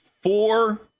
four